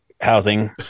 housing